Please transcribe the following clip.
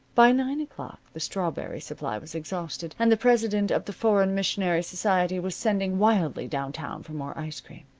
by nine o'clock the strawberry supply was exhausted, and the president of the foreign missionary society was sending wildly down-town for more ice-cream.